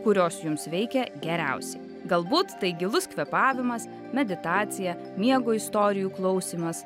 kurios jums veikia geriausiai galbūt tai gilus kvėpavimas meditacija miego istorijų klausymas